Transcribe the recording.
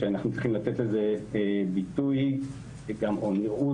שאנחנו צריכים לתת לזה ביטוי או נראות